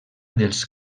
dels